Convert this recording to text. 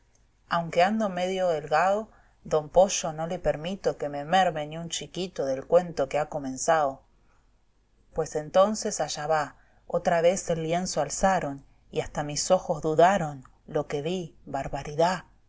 aunque ando medio delgao don pollo no le permito que me merme ni un chiquito del cuento que ha comenzao pues entonces allá va otra vez el lienzo alzaron y hasta mis ojos dudaron lo que vi barbaridá